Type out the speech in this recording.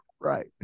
Right